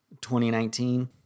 2019